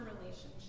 relationship